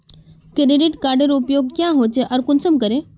Credit कार्डेर उपयोग क्याँ होचे आर कुंसम करे?